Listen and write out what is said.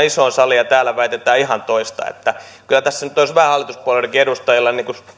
isoon saliin ja täällä väitetään ihan toista niin että kyllä tässä nyt olisi vähän hallituspuolueidenkin edustajilla